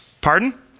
Pardon